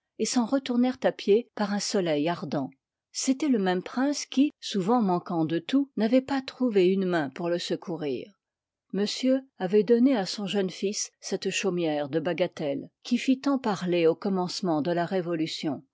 it s'en retournèrent à pied par un soleil ardent g'étoit le même prince qui souvent manquant de tqut n'avoit pas trouvé une main pour le secourir monsieur avoit donné à son jeune fils cette chaumière de bagatelle qui fit tant i îî paàt pai'ler au commencement de la révolution